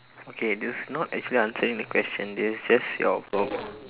okay that's not actually answering the question that's just your problem